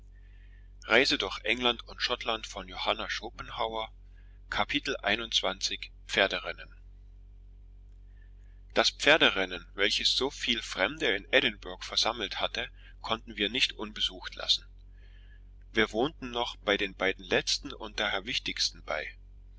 pferderennen das pferderennen welches so viel fremde in edinburgh versammelt hatte konnten wir nicht unbesucht lassen wir wohnten noch den beiden letzten und daher wichtigsten bei